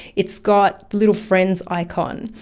it's got the little friends icon.